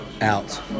Out